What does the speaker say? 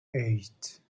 eight